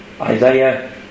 Isaiah